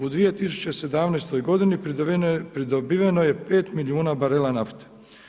U 2017. godini pridobiveno je 5 milijuna barela nafte.